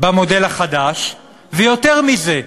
במודל החדש, ויותר מזה,